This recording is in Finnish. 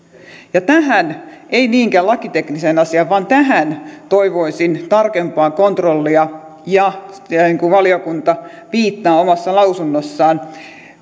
tähän en niinkään lakitekniseen asiaan vaan tähän toivoisin tarkempaa kontrollia ja niin kuin valiokunta viittaa omassa mietinnössään